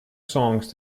songs